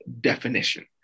definition